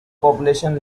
population